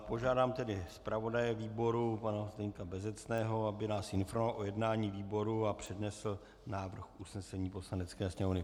Požádám tedy zpravodaje výboru pana Zdeňka Bezecného, aby nás informoval o jednání výboru a přednesl návrh usnesení Poslanecké sněmovny.